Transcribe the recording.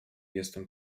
jestem